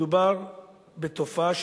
מדובר בתופעה,